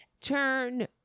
turn